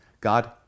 God